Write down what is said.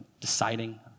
deciding